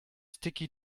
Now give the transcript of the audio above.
sticky